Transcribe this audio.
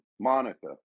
Monica